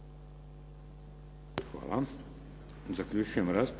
Hvala. Zaključujem raspravu.